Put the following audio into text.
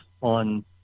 on